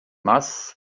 mass